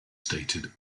stated